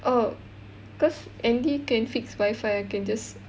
oh cause Andy can fix wifi I can just